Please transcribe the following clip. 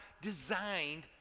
designed